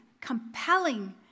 compelling